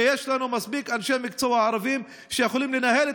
יש לנו מספיק אנשי מקצוע ערבים שיכולים לנהל את